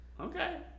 Okay